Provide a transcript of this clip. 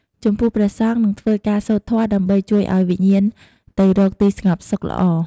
ចំពោះព្រះសង្ឃ នឹងធ្វើការសូត្រធម៌ដើម្បីជួយឲ្យវិញ្ញាណទៅរកទីស្ងប់សុខល្អ។